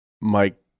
Mike